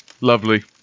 Lovely